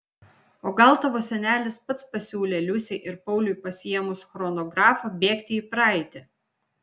o gal tavo senelis pats pasiūlė liusei ir pauliui pasiėmus chronografą bėgti į praeitį